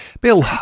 Bill